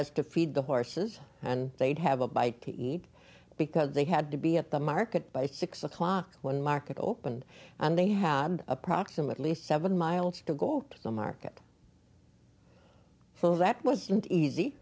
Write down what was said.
as to feed the horses and they'd have a bite to eat because they had to be at the market by six o'clock when market opened and they had approximately seven miles to go to the market so that wasn't easy